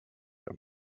him